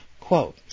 quote